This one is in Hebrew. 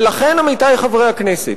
ולכן, עמיתי חברי הכנסת,